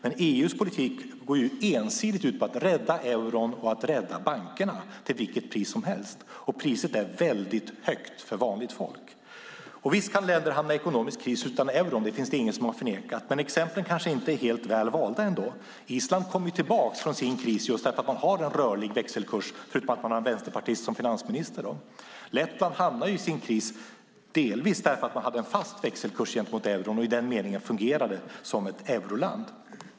EU:s politik går dock ensidigt ut på att rädda euron och bankerna till vilket pris som helst - och priset är väldigt högt för vanligt folk. Visst kan länder hamna i ekonomisk kris utan euron; det förnekar ingen. Men exemplen är kanske inte helt väl valda. Island kom tillbaka från sin kris eftersom man har en rörlig växelkurs - förutom att man har en vänsterpartist som finansminister. Lettland hamnade i sin kris delvis för att man hade en fast växelkurs gentemot euron och i den meningen fungerade som ett euroland.